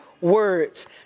words